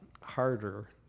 harder